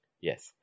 Yes